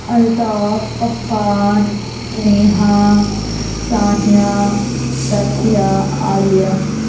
Altaf Affan Neha Sania Sandhya Aliya